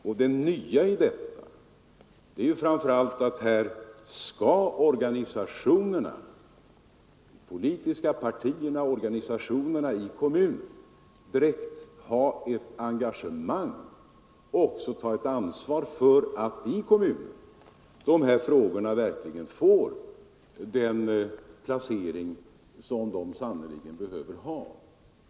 Och det nya i detta är ju framför allt att organisationerna — de politiska partierna och organisationerna i kommunerna — direkt skall ha ett engagemang och också ta ett ansvar för att dessa frågor i kommunen verkligen får den placering och prioritering som de sannerligen behöver ha.